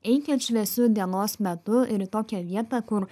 eikit šviesiu dienos metu ir į tokią vietą kur